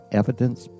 evidence